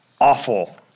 awful